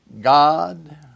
God